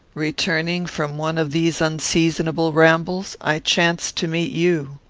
returning from one of these unseasonable rambles, i chanced to meet you.